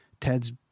Ted's